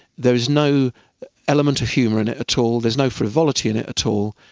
there is no element of humour in it at all, there's no frivolity in it at all,